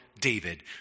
David